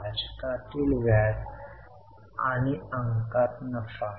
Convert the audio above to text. भाजकातील व्याज आणि अंकात नफा